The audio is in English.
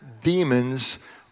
demons